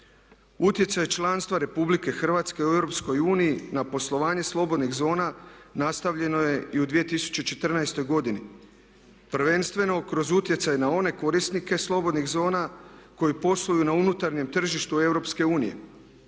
Utjecaj članstva Republike Hrvatske u EU na poslovanje slobodnih zona nastavljeno je i u 2014. godini prvenstveno kroz utjecaj na one korisnike slobodnih zona koji posluju na unutarnjem tržištu EU,